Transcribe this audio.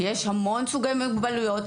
כי יש המון סוגי מוגבלויות,